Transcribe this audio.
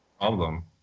problem